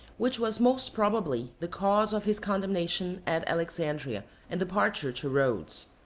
which was most probably the cause of his condemnation at alexandria and departure to rhodes.